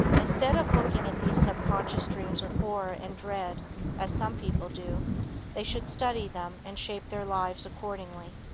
instead of looking at these subconscious dreams with horror and dread as some people do they should study them and shape their lives accordingly.